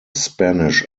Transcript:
spanish